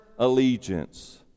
allegiance